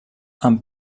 amb